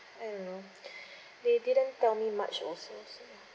I don't know they didn't tell me much also so